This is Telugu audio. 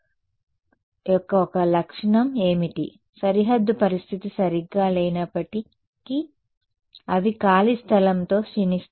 కాబట్టి ఎవానెసెంట్ తరంగాల యొక్క ఒక లక్షణం ఏమిటి సరిహద్దు పరిస్థితి సరిగ్గా లేనప్పటికీ అవి ఖాళీ స్థలంతో క్షీణిస్తాయి